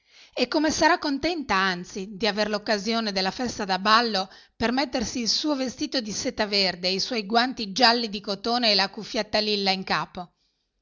e come sarà contenta anzi di aver l'occasione della festa da ballo per mettersi il suo vestito di seta verde e i suoi guanti gialli di cotone e la cuffietta lilla in capo